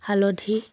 হালধি